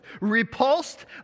repulsed